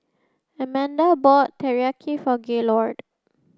Amanda bought Teriyaki for Gaylord